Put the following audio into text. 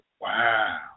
wow